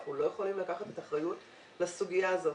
אנחנו לא יכולים לקחת את האחריות לסוגיה הזאת.